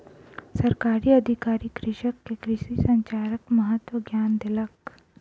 सरकारी अधिकारी कृषक के कृषि संचारक महत्वक ज्ञान देलक